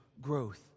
growth